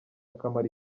akamaro